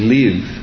live